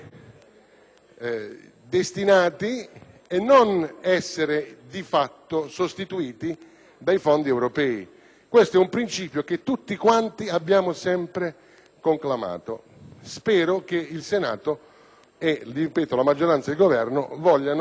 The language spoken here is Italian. destinati e non essere, di fatto, sostituiti dai fondi europei. Questo è un principio che tutti quanti abbiamo sempre conclamato. Spero che il Senato, la maggioranza e il Governo vogliano